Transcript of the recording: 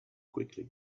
quickly